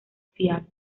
fiables